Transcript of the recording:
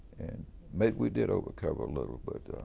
and maybe we did over-cover a little, but